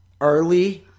early